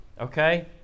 okay